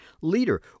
leader